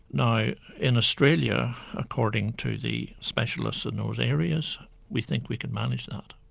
now in australia according to the specialists in those areas we think we can manage that.